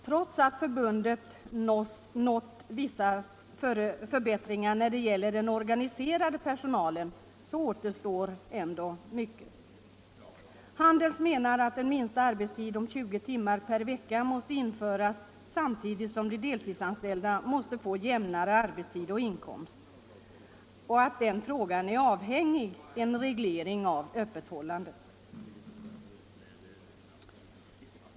Trots att förbundet uppnått vissa förbättringar för den organiserade personalen återstår ännu mycket. Handelsanställdas förbund menar att en minsta arbetstid om 20 timmar per vecka måste införas, samtidigt som de deltidsanställda måste få jämnare arbetstid och inkomst. Dessa frågor är avhängiga av en reglering av öppethållandet.